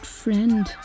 friend